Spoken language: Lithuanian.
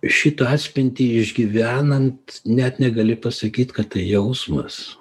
šitą atspintį išgyvenant net negali pasakyt kad tai jausmas